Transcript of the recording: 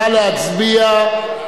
נא להצביע.